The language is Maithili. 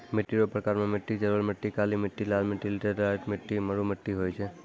मिट्टी रो प्रकार मे मट्टी जड़ोल मट्टी, काली मट्टी, लाल मट्टी, लैटराईट मट्टी, मरु मट्टी होय छै